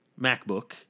MacBook